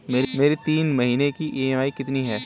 मेरी तीन महीने की ईएमआई कितनी है?